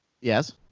yes